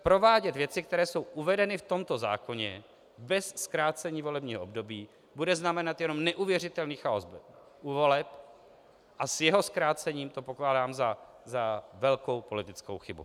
Provádět věci, které jsou uvedeny v tomto zákoně, bez zkrácení volebního období, bude znamenat jenom neuvěřitelný chaos u voleb, a s jeho zkrácením to pokládám za velkou politickou chybu.